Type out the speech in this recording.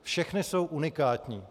Všechny jsou unikátní.